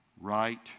right